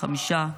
חמישה ילדים,